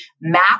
map